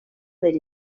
del